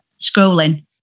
scrolling